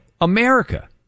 America